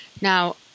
Now